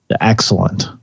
excellent